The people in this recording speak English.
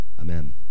Amen